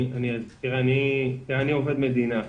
אני עובד מדינה.